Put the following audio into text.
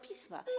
Pisma.